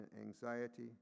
anxiety